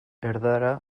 erdara